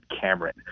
Cameron